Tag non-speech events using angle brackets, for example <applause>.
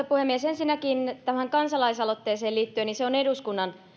<unintelligible> puhemies ensinnäkin tähän kansalaisaloitteeseen liittyen se on eduskunnan